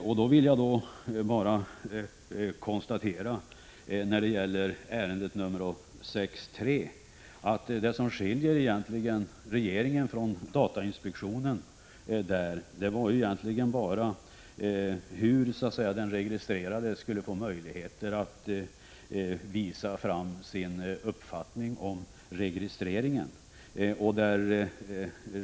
När det gäller ärende nr 6.3 vill jag konstatera att det som skilde regeringen från datainspektionen egentligen bara var frågan hur den registrerade skulle få möjlighet att visa fram sin uppfattning om registreringen.